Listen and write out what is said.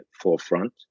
forefront